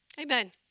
Amen